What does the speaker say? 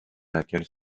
laquelle